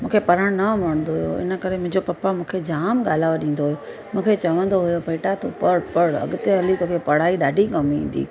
मूंखे पढ़णु न वणंदो हुयो इनकरे मुंहिंजो पपा मूंखे जामु ॻालाउ ॾींदो मूंखे चवंदो हुयो बेटा तूं पढ़ पढ़ अॻिते हली तोखे पढ़ाई ॾाढी कमु ईंदी